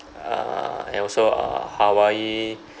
uh and also uh hawaii